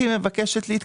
מה סכום הרזרבה?